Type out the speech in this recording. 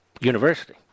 university